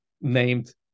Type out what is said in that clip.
named